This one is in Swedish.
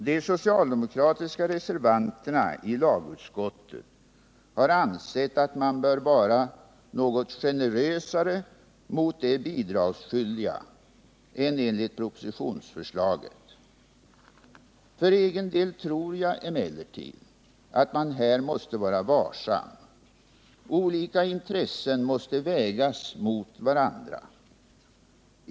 De socialdemokratiska reservanterna i lagutskottet har ansett att man bör vara något generösare mot de bidragsskyldiga än som föreslagits i propositionen. För egen del tror jag emellertid att man här måste vara varsam. Olika intressen måste vägas mot varandra.